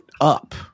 up